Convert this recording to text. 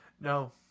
No